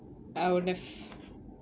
I would've